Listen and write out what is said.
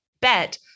bet